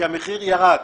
כי המחיר ירד.